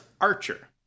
Archer